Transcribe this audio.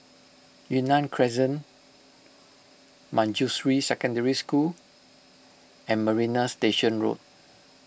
Yunnan Crescent Manjusri Secondary School and Marina Station Road